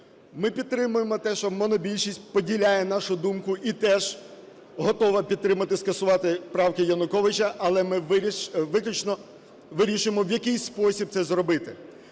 Ми підтримуємо те, що монобільшість поділяє нашу думку і теж готова підтримати скасувати правки Януковича, але ми виключно вирішуємо, в який спосіб це зробити.